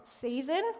season